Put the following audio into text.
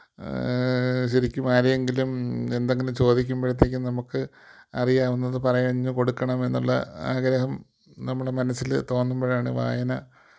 ശരിക്കും ആരെങ്കിലും എന്തെങ്കിലും ചോദിക്കുമ്പോഴത്തേക്കും നമുക്ക് അറിയാവുന്നത് പറഞ്ഞു കൊടുക്കണമെന്നുള്ള ആഗ്രഹം നമ്മുടെ മനസ്സിൽ തോന്നുമ്പോഴാണ് വായന